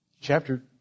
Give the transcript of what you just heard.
Chapter